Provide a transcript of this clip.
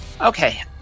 Okay